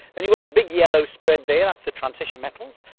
and you've got the big yellow spread there, that's the transition metals.